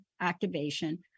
activation